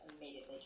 immediately